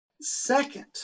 Second